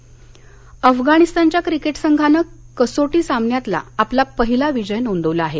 क्रिके अफगाणिस्तानच्या क्रिकेट संघानं कसोटी सामन्यातला आपला पहिला विजय नोंदवला आहे